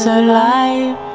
alive